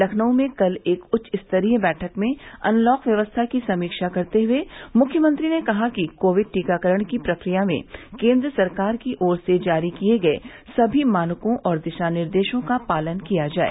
लखनऊ में कल एक उच्च स्तरीय बैठक में अनलॉक व्यवस्था की समीक्षा करते हए मुख्यमंत्री ने कहा कि कोविड टीकाकरण की प्रकिया में केंद्र सरकार की ओर से जारी किए गए सभी मानकों और दिशा निर्देशों का पालन किया जाए